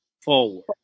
forward